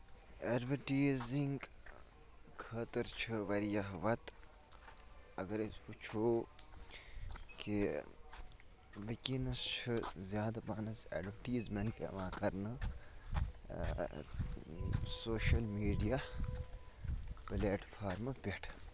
advertising خٲطرٕ چھِ واریاہ وَتہٕ اَگر أسۍ وٕچھو کہِ ؤنکینَس چھِ زیادٕ پَہنس ایڈوِٹیٖزمینٹ یِوان کرنہٕ سوشِل میٖڈیا پٔلیٹ فارمہٕ پٮ۪ٹھ